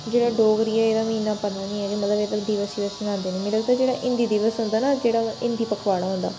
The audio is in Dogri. जेह्ड़ा डोगरिए ऐ मिगी इन्ना पता नी ऐ मतलब एह्दे कोई दिवस शिवस बनांदे नेईं मिगी लगदा जेह्ड़ा हिंदी दिवस होंदा ना जेह्ड़ा हिंदी पखवाड़ा होंदा